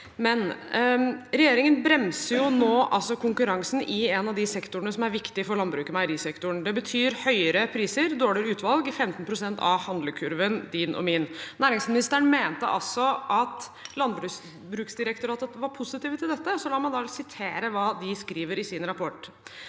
Regjeringen bremser nå konkurransen i en av de sektorene som er viktig for landbruks- og meierisektoren. Det betyr høyere priser og dårligere utvalg på 15 pst. av din og min handlekurv. Næringsministeren mente at Landbruksdirektoratet var positive til dette, så la meg da sitere hva de skriver i sin rapport: